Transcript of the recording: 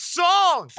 song